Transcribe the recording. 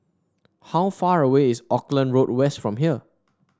how far away is Auckland Road West from here